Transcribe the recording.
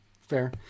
Fair